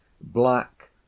black